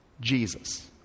Jesus